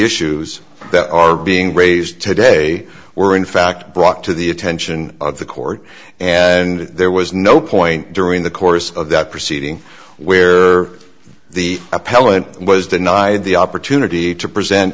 issues that are being raised today were in fact brought to the attention of the court and there was no point during the course of that proceeding where the appellant was denied the opportunity to present